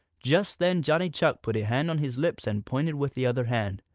just then johnny chuck put a hand on his lips and pointed with the other hand.